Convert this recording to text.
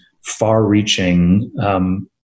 far-reaching